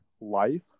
life